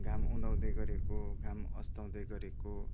घाम उदाउँदै गरेको घाम अस्ताउँदै गरेको